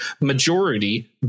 majority